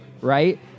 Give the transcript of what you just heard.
right